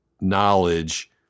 knowledge